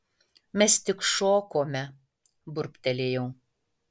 mes tik šokome burbtelėjau